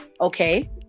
okay